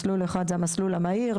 מסלול אחד זה המסלול המהיר,